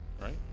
Right